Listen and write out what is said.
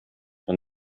von